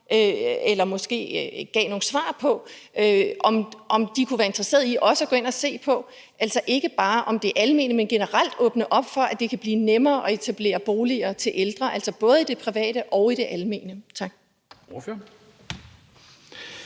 eller måske gav nogle svar på, om man kunne være interesseret i også at gå ind at se på ikke bare det almene, men generelt at åbne op for, at det kan blive nemmere at etablere boliger til ældre, altså både i det private og i det almene. Tak.